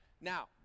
Now